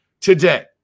today